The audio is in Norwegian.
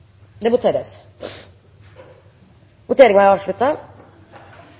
Det voteres